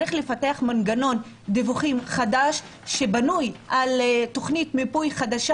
צריך לפתח מנגנון דיווחים חדש שבנוי על תכנית מיפוי חדשה